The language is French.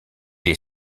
est